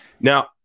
Now